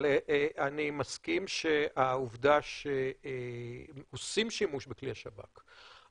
אבל אני מסכים שהעובדה שעושים שימוש בכלי השב"כ,